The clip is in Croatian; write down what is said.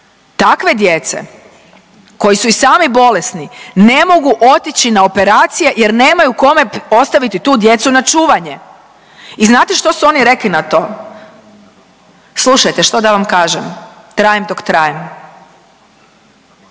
takve djece koji su i sami bolesni ne mogu otići na operacije jer nemaju kome ostaviti tu djecu na čuvanje. I znate što su oni rekli na to? Slušajte što da vam kažem, trajem dok trajem.